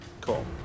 Cool